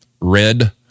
red